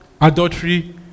adultery